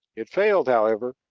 it failed, however,